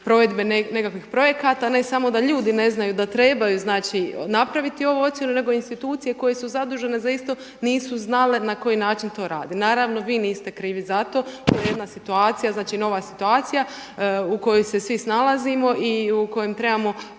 provedbe nekakvih projekata, ne samo da ljudi ne znaju da trebaju, znači napraviti ovu ocjenu, nego institucije koje su zadužene za isto nisu znale na koji način to rade. Naravno vi niste krivi za to. To je jedna situacija, znači nova situacija u kojoj se svi snalazimo i u kojem trebamo